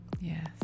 Yes